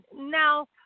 now